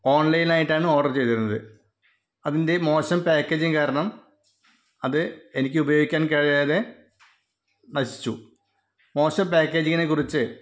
ഓണ്ലൈനായിട്ടാണ് order ചെയിതിരുന്നത് അതിന്റെ മോശം പാക്കേജിംഗ് കാരണം അത് എനിക്ക് ഉപയോഗിക്കാന് കഴിയാതെ നശിച്ചു മോശം പക്കേജിങ്ങിനെ കുറിച്ച്